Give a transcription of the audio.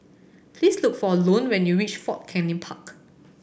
please look for Lone when you reach Fort Canning Park